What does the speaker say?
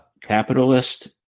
capitalist